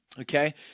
okay